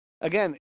again